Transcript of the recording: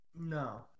No